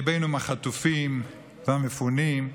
ליבנו עם החטופים והמפונים.